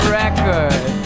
record